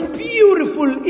beautiful